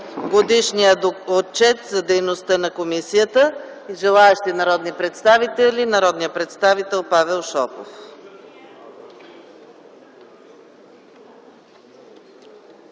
Годишния отчет за дейността на комисията. Желаещи народни представители? Народният представител Павел Шопов.